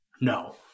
no